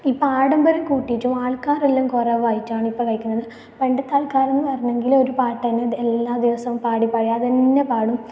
ഇപ്പം ആഡംബരം കൂട്ടിയിട്ടും ആൾക്കാരെല്ലാം കുറവായിട്ടാണ് ഇപ്പം കളിക്കുന്നത് പണ്ടത്തെ ആൾക്കാരെന്ന് പറഞ്ഞെങ്കിൽ ഒരു പാട്ട് തന്നെ എല്ലാ ദിവസവും പാടിപ്പാടി അത് തന്നെ പാടും